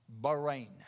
Bahrain